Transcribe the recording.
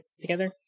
together